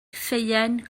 ffeuen